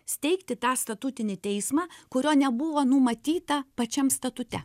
steigti tą statutinį teismą kurio nebuvo numatyta pačiam statute